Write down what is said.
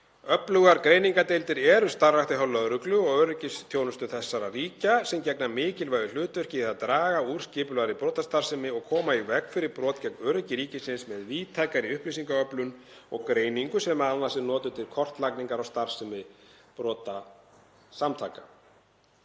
Öflugar greiningardeildir eru einnig starfræktar hjá lögreglu og öryggisþjónustum þessara ríkja, sem gegna mikilvægu hlutverki í því að draga úr skipulagðri brotastarfsemi og koma í veg fyrir brot gegn öryggi ríkisins með víðtækri upplýsingaöflun og greiningu sem m.a. er notuð til kortlagningar á starfsemi brotasamtaka.